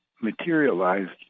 materialized